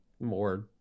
more